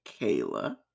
Kayla